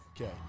Okay